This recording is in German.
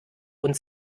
und